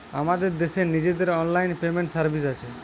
আমাদের দেশের নিজেদের অনলাইন পেমেন্ট সার্ভিস আছে